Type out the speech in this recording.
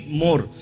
more